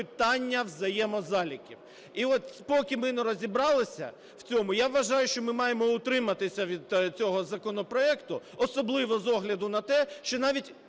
питання взаємозаліків. І от поки ми не розібралися в цьому, я вважаю, що ми маємо утриматися від цього законопроекту, особливо з огляду на те, що навіть